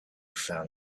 found